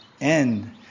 end